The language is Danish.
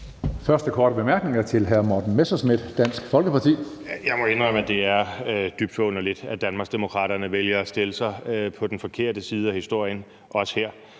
første korte bemærkning er til hr. Morten Messerschmidt, Dansk Folkeparti. Kl. 16:06 Morten Messerschmidt (DF): Jeg må indrømme, at det er dybt forunderligt, at Danmarksdemokraterne vælger at stille sig på den forkerte side af historien også her